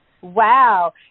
Wow